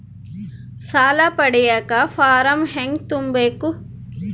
ಸಾಲ ಪಡಿಯಕ ಫಾರಂ ಹೆಂಗ ತುಂಬಬೇಕು?